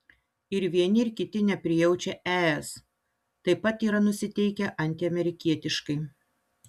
ir vieni ir kiti neprijaučia es taip pat yra nusiteikę antiamerikietiškai